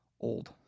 old